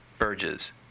urges